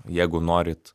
jeigu norit